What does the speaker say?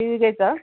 T V घ्यायचा